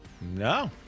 No